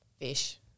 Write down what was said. fish